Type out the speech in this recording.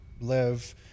live